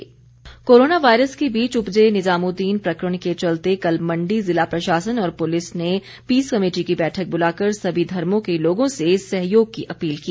बैठक corona virus के बीच उपजे निजामुदीन प्रकरण के चलते कल मंडी ज़िला प्रशासन और पुलिस ने पीस कमेटी की बैठक बुलाकर सभी धर्मो के लोगों से सहयोग की अपील की